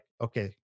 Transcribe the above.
okay